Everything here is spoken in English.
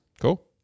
cool